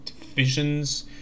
divisions